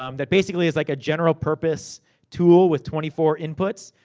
um that basically is like a general purpose tool, with twenty four inputs.